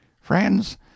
Friends